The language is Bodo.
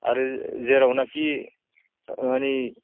आरो जेरावनाखि मानि